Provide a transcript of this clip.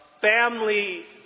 family